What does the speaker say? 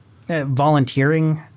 volunteering